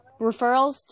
Referrals